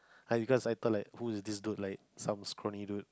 I because I thought like who is this dude like some scrawny dude